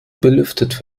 belüftet